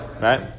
right